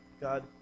God